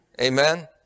Amen